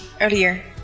earlier